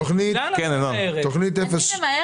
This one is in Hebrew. לאן את ממהרת?